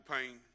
pain